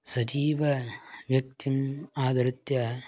सजीवं व्यक्तिम् आधृत्य